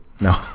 No